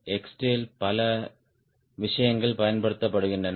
X Tail பல விஷயங்கள் பயன்படுத்தப்படுகின்றன